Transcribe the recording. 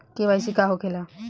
KYC का होखेला?